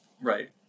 Right